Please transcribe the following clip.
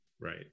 right